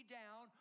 down